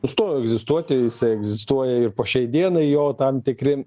nustojo egzistuoti jisai egzistuoja ir po šiai dienai jo tam tikri